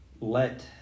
let